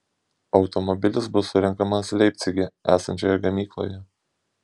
automobilis bus surenkamas leipcige esančioje gamykloje